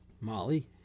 Molly